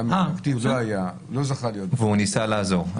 הוא לא זכה להיות --- והוא ניסה לעזור.